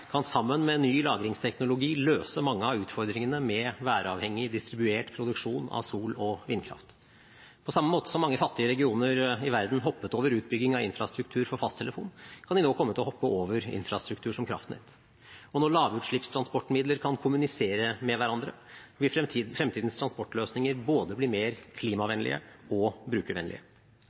kan sammen med ny lagringsteknologi løse mange av utfordringene med væravhengig, distribuert produksjon av sol- og vindkraft. På samme måte som mange fattige regioner i verden hoppet over utbygging av infrastruktur for fasttelefon, kan de nå komme til å hoppe over infrastruktur som kraftnett. Og når lavutslippstransportmidler kan kommunisere med hverandre, vil fremtidens transportløsninger bli både mer klimavennlige og mer brukervennlige.